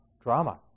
drama